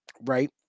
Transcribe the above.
right